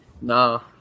No